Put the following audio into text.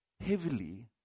heavily